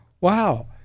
Wow